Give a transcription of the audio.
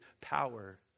power